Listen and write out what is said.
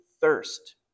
Thirst